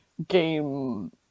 game